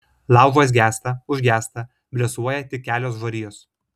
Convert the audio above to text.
laužas gęsta užgęsta blėsuoja tik kelios žarijos